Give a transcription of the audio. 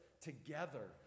together